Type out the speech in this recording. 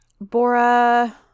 Bora